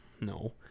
no